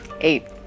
Eight